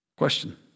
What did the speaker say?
Question